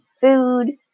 food